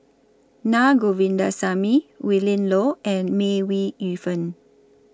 Naa Govindasamy Willin Low and May Ooi Yu Fen